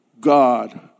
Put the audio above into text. God